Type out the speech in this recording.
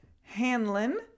Hanlon